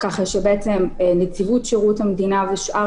ככה שבעצם נציבות שירות המדינה ושאר